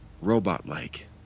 robot-like